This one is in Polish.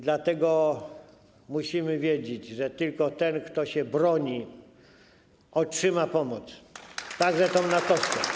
Dlatego musimy wiedzieć, że tylko ten, kto się broni, otrzyma pomoc, także tę NATO-wską.